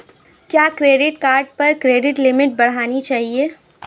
क्या credit card पर credit limit बढ़ानी चाहिए?